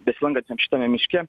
besilankantiems šitame miške